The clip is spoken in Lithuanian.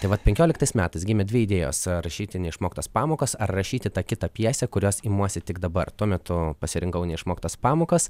tai vat penkioliktais metais gimė dvi idėjos rašyti neišmoktas pamokas ar rašyti tą kitą pjesę kurios imuosi tik dabar tuo metu pasirinkau neišmoktas pamokas